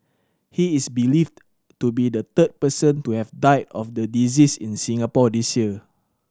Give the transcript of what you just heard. he is believed to be the third person to have died of the disease in Singapore this year